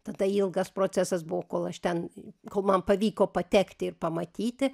tada ilgas procesas buvo kol aš ten kol man pavyko patekti ir pamatyti